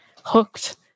hooked